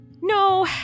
no